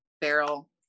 barrel